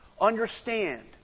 understand